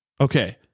Okay